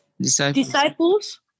Disciples